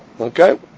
Okay